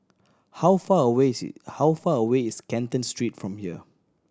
how far away is how far away is Canton Street from here